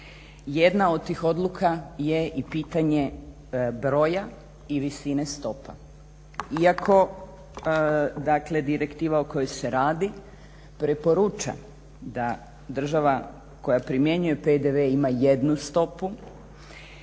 Jedna od tih odluka je i pitanje broja i vidine stopa. Iako dakle direktiva o kojoj se radi preporuča da država koja primjenjuje PDV ima jednu stopu,